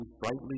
brightly